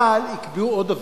אבל יקבעו עוד דבר,